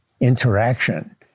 interaction